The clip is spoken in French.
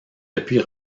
depuis